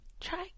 try